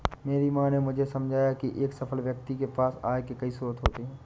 मेरी माँ ने मुझे समझाया की एक सफल व्यक्ति के पास आय के कई स्रोत होते हैं